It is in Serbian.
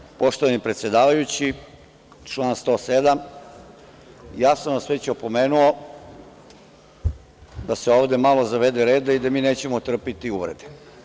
Dame i gospodo, poštovani predsedavajući, član 107. ja sam vas već opomenuo da se ovde malo zavede reda i da mi nećemo trpeti uvrede.